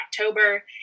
October